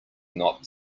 not